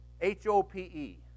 H-O-P-E